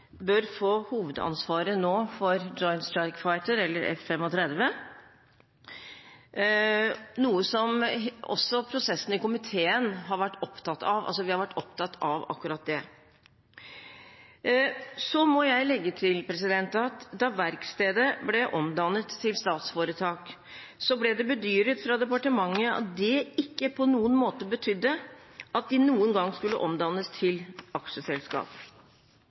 bør få hovedansvaret for Joint Strike Fighter, eller F-35, og akkurat det har også komiteen vært opptatt av. Så må jeg legge til at da verkstedet ble omdannet til statsforetak, ble det bedyret fra departementet at det ikke på noen måte betydde at de noen gang skulle omdannes til aksjeselskap.